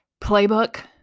playbook